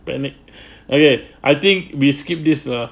panic okay I think we skip this lah